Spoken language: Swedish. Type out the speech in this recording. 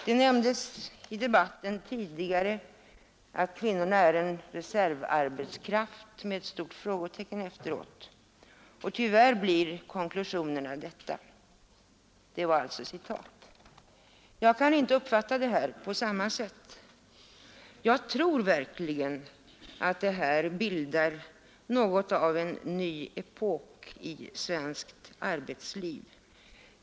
Det nämndes tidigare i debatten att kvinnorna är en reservarbetskraft, och tyvärr blir konklusionerna sådana. Vad jag nu läste upp var ett citat — med ett stort frågetecken efter. Jag kan emellertid inte uppfatta saken så. Jag tror att vi nu har fått något av en ny epok i svenskt arbetsliv.